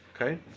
Okay